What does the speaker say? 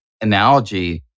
analogy